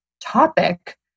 topic